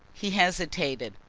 he hesitated.